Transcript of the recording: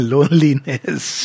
Loneliness